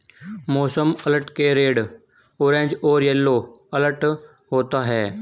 मौसम अलर्ट के red orange और येलो अलर्ट होते हैं